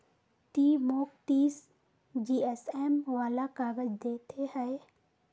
ती मौक तीस जीएसएम वाला काग़ज़ दे ते हैय्